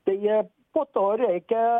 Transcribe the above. tai po to reikia